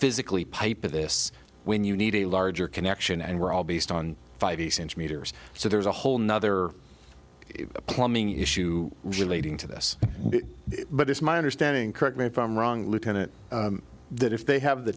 physically paper this when you need a larger connection and we're all based on five meters so there's a whole nother plumbing issue relating to this but it's my understanding correct me if i'm wrong lieutenant that if they have the